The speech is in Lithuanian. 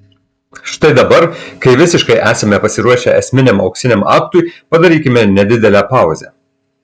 štai dabar kai visiškai esame pasiruošę esminiam auksiniam aktui padarykime nedidelę pauzę